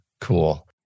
cool